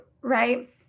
right